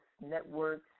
networks